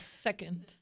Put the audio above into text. Second